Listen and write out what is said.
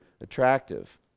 attractive